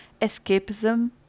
escapism